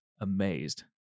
amazed